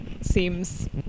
seems